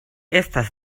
estas